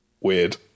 weird